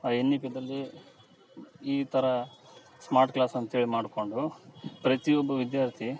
ಆ N E ಪಿದಲ್ಲಿ ಈ ಥರ ಸ್ಮಾರ್ಟ್ ಕ್ಲಾಸ್ ಅಂತೇಳಿ ಮಾಡಿಕೊಂಡು ಪ್ರತಿಯೊಬ್ಬ ವಿದ್ಯಾರ್ಥಿ